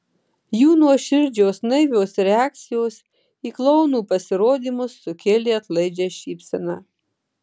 jų nuoširdžios naivios reakcijos į klounų pasirodymus sukėlė atlaidžią šypseną